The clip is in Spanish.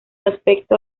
aspecto